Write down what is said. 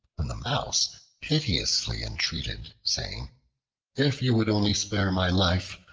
when the mouse piteously entreated, saying if you would only spare my life,